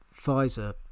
Pfizer